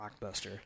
blockbuster